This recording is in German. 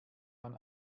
man